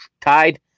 tied